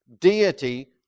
deity